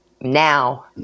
Now